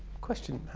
question?